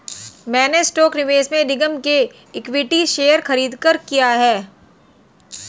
मैंने स्टॉक में निवेश निगम के इक्विटी शेयर खरीदकर किया है